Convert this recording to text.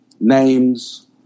names